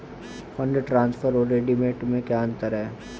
Fund transfer और remittance में क्या अंतर है?